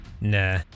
Nah